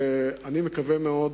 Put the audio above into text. ואני מקווה מאוד